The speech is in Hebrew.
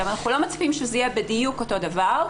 אנחנו לא מצפים שזה יהיה בדיוק אותו דבר,